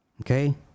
Okay